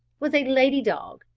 was a lady-dog,